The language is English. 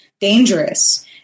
dangerous